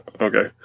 Okay